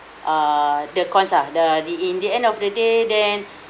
uh the cons ah the the in the end of the day then